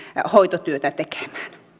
hoitotyötä tekemään